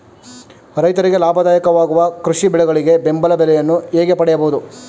ರೈತರಿಗೆ ಲಾಭದಾಯಕ ವಾಗುವ ಕೃಷಿ ಬೆಳೆಗಳಿಗೆ ಬೆಂಬಲ ಬೆಲೆಯನ್ನು ಹೇಗೆ ಪಡೆಯಬಹುದು?